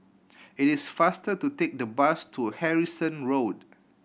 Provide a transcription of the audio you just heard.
it is faster to take the bus to Harrison Road